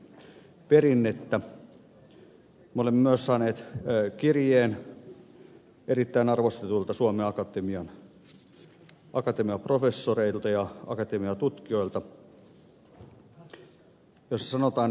me olemme myös saaneet kirjeen erittäin arvostetuilta suomen akatemian akatemiaprofessoreilta ja akatemiatutkijoilta jossa sanotaan